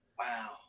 Wow